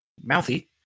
mouthy